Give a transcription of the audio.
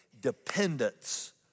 Dependence